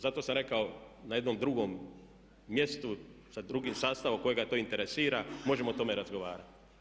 Zato sam rekao na jednom drugom mjestu sa drugim sastavom kojega to interesira možemo o tome razgovarati.